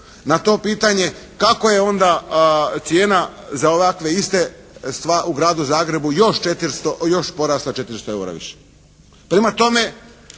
na to pitanje kako je onda cijena za ovakve iste u gradu Zagrebu još porasla 400 eura više.